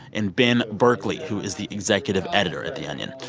and ben berkley, who is the executive editor at the onion.